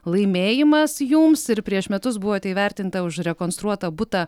laimėjimas jums ir prieš metus buvote įvertinta už rekonstruotą butą